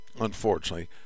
unfortunately